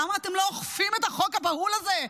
למה אתם לא אוכפים את החוק הבהול הזה?